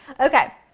okay,